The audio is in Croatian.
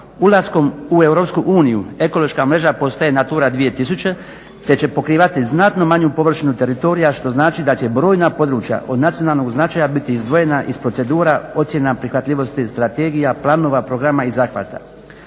Europsku uniju ekološka mreža postaje Natura 2000 te će pokrivati znatno manju površinu teritorija što znači da će brojna područja od nacionalnog značaja biti izdvojena iz procedura ocjena prihvatljivosti strategija, planova, programa i zahvata.